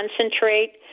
concentrate